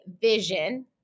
vision